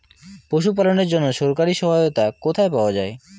পশু পালনের জন্য সরকারি সহায়তা কোথায় পাওয়া যায়?